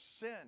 sin